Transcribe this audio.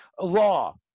law